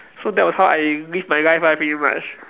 so that was how I live my life ah pretty much